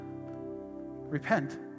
repent